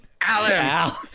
Alan